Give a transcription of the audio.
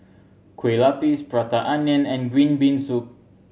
kue lupis Prata Onion and green bean soup